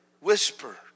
whisper